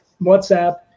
WhatsApp